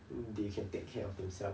then they can take care of themselves